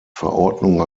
verordnung